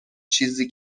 چیزی